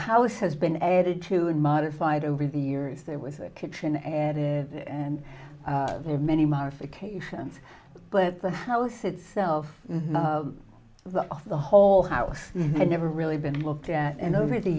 house has been added to and modified over the years there was a kitchen at it and there are many modifications but the house itself the off the whole house and never really been looked at and over the